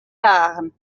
dagen